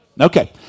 Okay